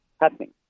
happening